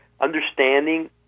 understanding